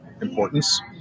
importance